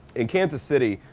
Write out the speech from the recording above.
in kansas city,